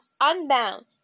unbound